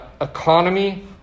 economy